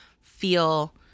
feel